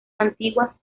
antiguas